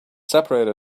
separated